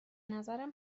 نظرم